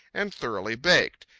and thoroughly baked.